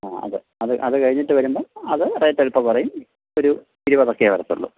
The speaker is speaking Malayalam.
ആ അത് അത് അത് കഴിഞ്ഞിട്ട് വരുമ്പോൾ അത് റേറ്റ് അല്പം കുറയും ഒരു ഇരുപതൊക്കെയേ വരത്തുള്ളൂ